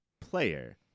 player